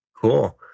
Cool